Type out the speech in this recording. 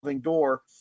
door